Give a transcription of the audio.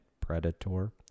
predator